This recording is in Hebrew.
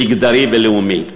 מגדרי ולאומי.